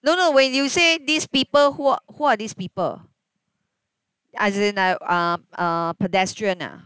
no no when you say these people who a~ who are these people as in uh um um pedestrian ah